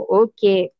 okay